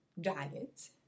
diet